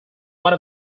one